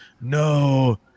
no